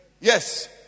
Yes